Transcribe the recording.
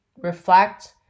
reflect